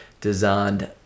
designed